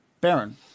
Baron